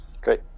Great